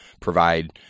provide